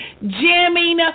jamming